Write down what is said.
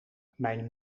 mijn